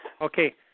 Okay